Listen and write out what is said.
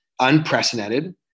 unprecedented